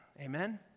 Amen